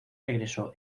regreso